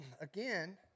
again